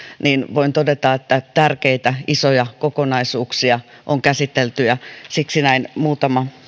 voin todeta että tärkeitä isoja kokonaisuuksia on käsitelty siksi näin muutama